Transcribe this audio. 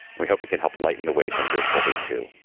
we hope it can help lighten the weight on your shoulders, too.